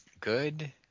good